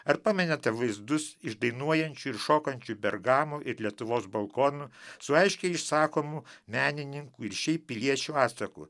ar pamenate vaizdus iš dainuojančių ir šokančių bergamo ir lietuvos balkonų su aiškiai išsakomu menininkų ir šiaip piliečių atsaku